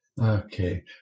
Okay